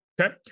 Okay